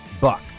Buck